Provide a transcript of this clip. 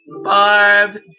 Barb